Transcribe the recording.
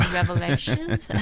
revelations